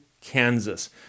Kansas